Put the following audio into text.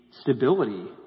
stability